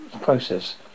process